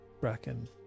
Bracken